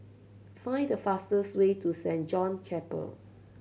find the fastest way to Saint John Chapel